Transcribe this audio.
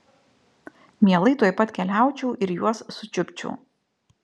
mielai tuoj pat keliaučiau ir juos sučiupčiau